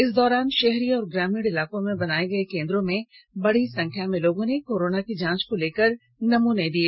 इस दौरान शहरी और ग्रामीण इलाकों में बनाये गए केंद्रों में बड़ी संख्या में लोगों ने कोरोना की जांच को लेकर अपने नमूने दिए